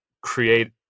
create